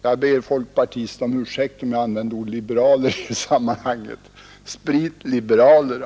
Jag ber folkpartisterna om ursäkt om jag använder ordet liberaler i sammanhanget. Jag avser alltså spritliberaler.